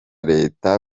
leta